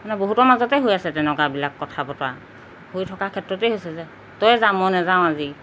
মানে বহুতৰ মাজতে হৈ আছে তেনেকুৱাবিলাক কথা বতৰা হৈ থকাৰ ক্ষেত্ৰতেই হৈছে যে তয়ে যা মই নাযাওঁ আজি